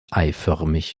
eiförmig